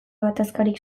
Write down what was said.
gatazkarik